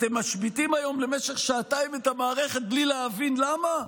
אתם משביתים היום את המערכת למשך שעתיים בלי להבין למה?